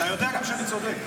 אתה יודע גם שאני צודק.